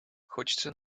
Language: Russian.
хочется